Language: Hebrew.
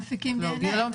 כי לא מפיקים דנ"א.